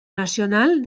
nacional